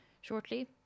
shortly